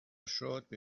شد، به